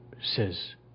says